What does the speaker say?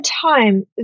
time